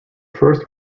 first